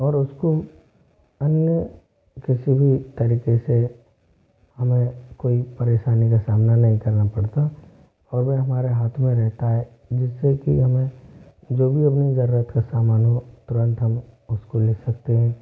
और उसको हमें किसी भी तरीके से हमें कोई परेशानी का सामना नहीं करना पड़ता और वह हमारे हाथ में रहता है जिससे कि हमें जो भी अपनी जरूरत का सामान वह तुरंत हम उसको ले सकते हैं